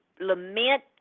lament